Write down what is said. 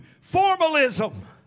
formalism